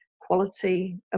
quality